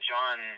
John